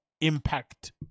impact